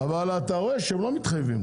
אתה רואה שהם לא מתחייבים.